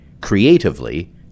creatively